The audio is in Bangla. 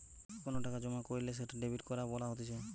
কোনো টাকা জমা কইরলে সেটা ডেবিট করা বলা হতিছে